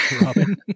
Robin